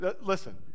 listen